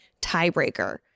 tiebreaker